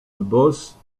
bosse